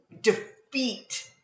defeat